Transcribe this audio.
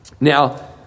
Now